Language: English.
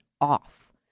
off